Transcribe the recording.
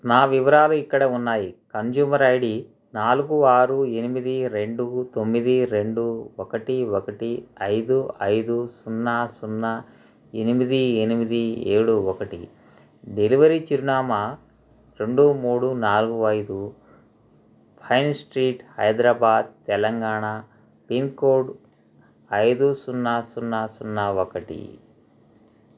నా వివరాలు ఇక్కడ ఉన్నాయి కన్జ్యూమర్ ఐ డి నాలుగు ఆరు ఎనిమిది రెండు తొమ్మిది రెండు ఒకటి ఒకటి ఐదు ఐదు సున్నా సున్నా ఎనిమిది ఎనిమిది ఏడు ఒకటి డెలివరీ చిరునామా రెండు మూడు నాలుగు ఐదు Pine Street Hyderabad Telangana pin code ఐదు సున్నా సున్నా సున్నా సున్నా ఒకటి